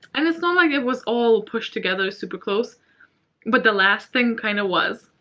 and it's not like it was all pushed together super close but the last thing kind of was.